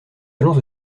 allons